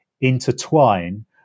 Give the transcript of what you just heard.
intertwine